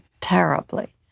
terribly